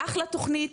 אחלה תוכנית,